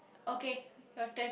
okay your turn